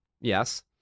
Yes